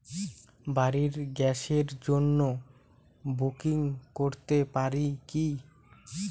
বাড়ির গ্যাসের জন্য বুকিং করতে পারি কি?